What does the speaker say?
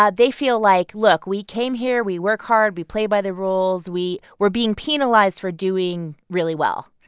ah they feel like, like, look. we came here. we work hard. we play by the rules. we we're being penalized for doing really well.